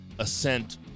Ascent